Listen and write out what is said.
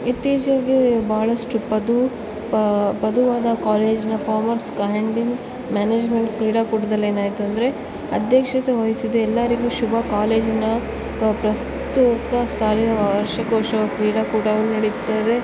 ಇತ್ತೀಚೆಗೆ ಭಾಳಷ್ಟು ಪದುವು ಪದುವಾದ ಕಾಲೇಜ್ನ ಫಾರ್ಮರ್ಸ್ ಕ್ಯಾಂಡಿನ್ ಮ್ಯಾನೇಜ್ಮೆಂಟ್ ಕ್ರೀಡಾಕೂಟದಲ್ಲಿ ಏನಾಯಿತು ಅಂದರೆ ಅಧ್ಯಕ್ಷತೆ ವಹಿಸಿದ ಎಲ್ಲರಿಗು ಶುಭ ಕಾಲೇಜಿನ ಪ್ರಸ್ತುತ ಸಾಲಿನ ವಾರ್ಷಿಕೋತ್ಸವ ಕ್ರೀಡಾಕೂಟವು ನಡೆಯುತ್ತದೆ